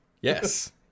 Yes